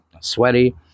sweaty